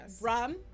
rum